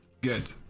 Good